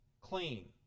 clean